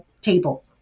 table